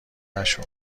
نشو